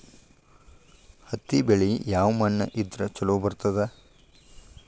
ಹತ್ತಿ ಬೆಳಿ ಯಾವ ಮಣ್ಣ ಇದ್ರ ಛಲೋ ಬರ್ತದ?